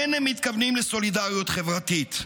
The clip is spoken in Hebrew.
אין הם מתכוונים לסולידריות חברתית.